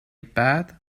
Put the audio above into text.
بعد